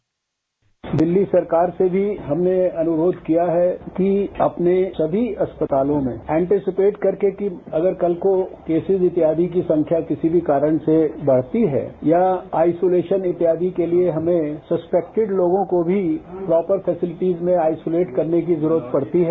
bite Delhi सरकार से भी हमने अनुरोध किया है कि अपने सभी अस्पतालों में एन्टीस्पेट करके की अगर कल को केसेज इत्यादि की संख्या किसी भी कारण से बढ़ती है या आईसोलेशन इत्यादि के लिए हमें सस्पेक्टिड लोगों को भी पॉर्पर फेसलेटिज में आईसोलेट करने की जरूरत पड़ती है